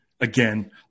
Again